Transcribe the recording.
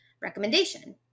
recommendation